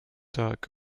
dock